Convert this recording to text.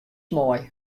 moai